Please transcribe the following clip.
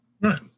Right